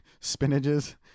spinaches